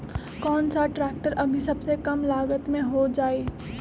कौन सा ट्रैक्टर अभी सबसे कम लागत में हो जाइ?